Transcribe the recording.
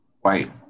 White